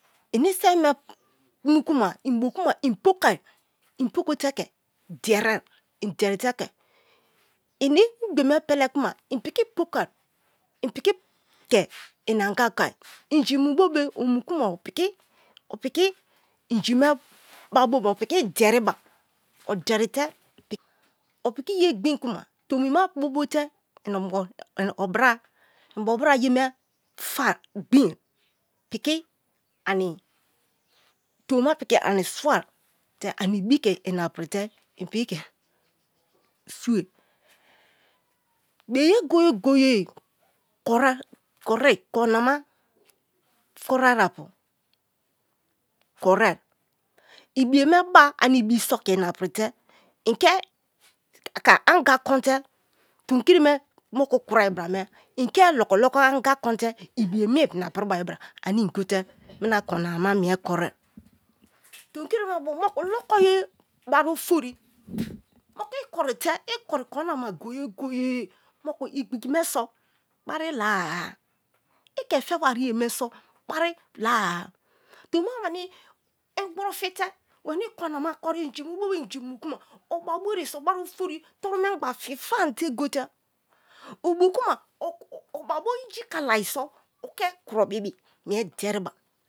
Ini sèm me mu kuma in pokai, inpoko te ke deriè ini ingbe mu pele kuma in piki pokai inpiki ke ina anga konai, inju mu bo be̠ omu ku ma piki o piki inyi me ba boma o piki de ribà obiki ye gbin kuma tomi ba te fè, gbi̠n tomi piki ani sua te ani ibi ke ina prite in piki ke sue, beye goye goye in koriè korina ma kori arapu koriè ibiye me ab anni ibi so kè ina pritè inke anya kote tonkiri me moku kuroai bra me ike loko loko anga kou te ibiye mie ina pri bai bra ane ingotè mena korina ma mie koriè. Tomkiri me bu moku loko ye bari ofori, moku ikorite koinana goye goye moku igbigi me so̠ bari la-a tomima weni inpkuru fetè weni korina ma kori, inji mu bo be inji unu kru ma o̠ba bua ré so bari ofori toru mengba fi fan te gote̠ ob̠o kauna oba bo inji kalai so̠ oke kuro bibi mié deriba.